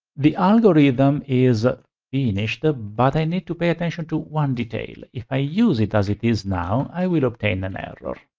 the algorithm is ah finished but i need to pay attention to one detail. if i use it as it is now, i will obtain an error.